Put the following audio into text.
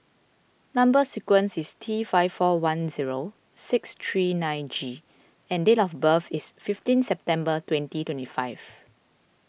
Number Sequence is T five four one zero six three nine G and date of birth is fifteen September twenty twenty five